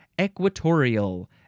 equatorial